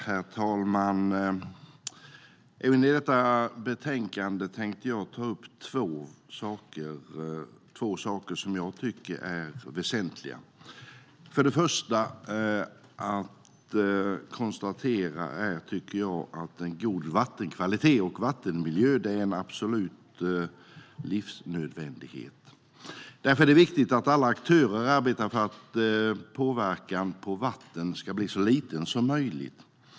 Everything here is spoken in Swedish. Herr talman! I och med detta betänkande tänkte jag ta upp två saker jag tycker är väsentliga. Det första att konstatera är att en god vattenkvalitet och vattenmiljö är en absolut livsnödvändighet. Därför är det viktigt att alla aktörer arbetar för att påverkan på vatten ska bli så liten som möjligt.